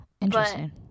interesting